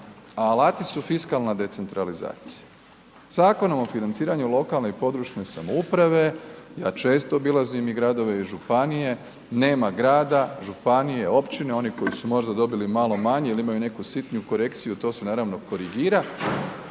a alati su fiskalna decentralizacija. Zakonom o financiranju lokalne i područne samouprave, ja često obilazim i gradove i županije nema grada, županije, općine oni koji su možda dobili malo manje ili imaju neku sitniju korekciju, to se naravno korigira,